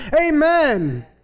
Amen